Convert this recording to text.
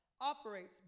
operates